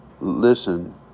listen